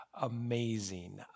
Amazing